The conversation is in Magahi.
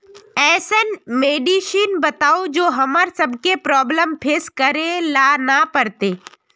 ऐसन मेडिसिन बताओ जो हम्मर सबके प्रॉब्लम फेस करे ला ना पड़ते?